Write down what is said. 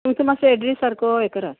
तुमचो मातसो एड्रेस सारको हें करात